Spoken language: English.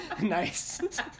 nice